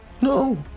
No